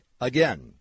Again